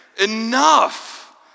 enough